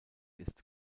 ist